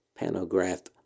panograph